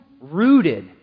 rooted